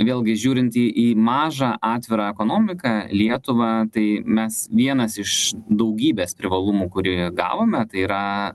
vėlgi žiūrinti į į mažą atvirą ekonomiką lietuvą tai mes vienas iš daugybės privalumų kurių jų gavome tai yra